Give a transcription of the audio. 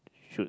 should